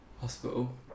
hospital